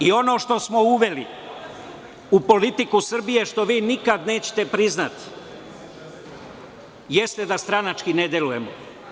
I ono što smo uveli u politiku Srbije, što vi nikada neće priznati jeste da stranački ne delujemo.